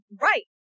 right